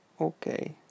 Okay